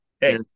Hey